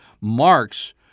Marx